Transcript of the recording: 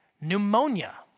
pneumonia